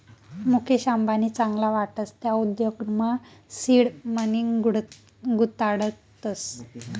मुकेश अंबानी चांगला वाटस त्या उद्योगमा सीड मनी गुताडतस